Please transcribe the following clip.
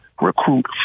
recruit